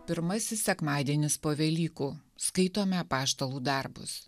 pirmasis sekmadienis po velykų skaitome apaštalų darbus